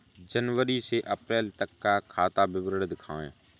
जनवरी से अप्रैल तक का खाता विवरण दिखाए?